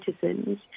citizens